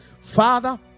Father